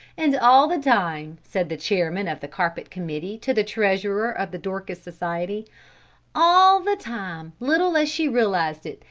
and all the time, said the chairman of the carpet committee to the treasurer of the dorcas society all the time, little as she realized it,